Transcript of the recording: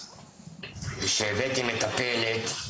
כי בשבת אני צריך לשלם